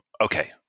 Okay